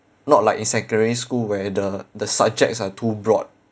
not like in secondary school where the the subjects are too broad